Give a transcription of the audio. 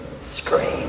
scream